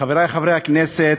חברי חברי הכנסת,